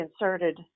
inserted